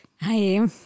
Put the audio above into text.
Hi